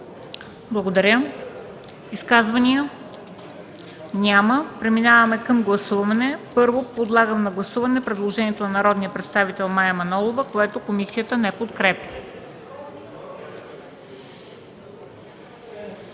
СТОЯНОВА: Изказвания? Няма. Преминаваме към гласуване. Първо, подлагам на гласуване предложението на народния представител Мая Манолова, което комисията не подкрепя.